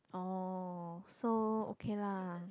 oh so okay lah